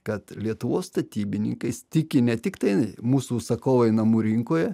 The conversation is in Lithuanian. kad lietuvos statybininkais tiki ne tiktai mūsų užsakovai namų rinkoje